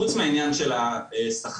חוץ מהעניין של השכר,